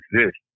exist